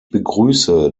begrüße